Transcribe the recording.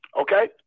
Okay